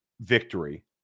victory